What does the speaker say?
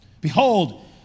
Behold